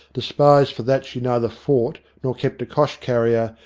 despised for that she neither fought nor kept a cosh-carrier,